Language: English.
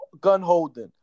gun-holding